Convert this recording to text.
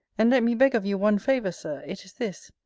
and let me beg of you one favour, sir it is this,